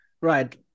Right